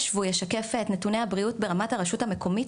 והוא ישקף את נתוני הבריאות ברמת הרשות המקומית,